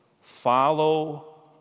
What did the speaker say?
Follow